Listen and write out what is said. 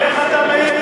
איך אתה מעז?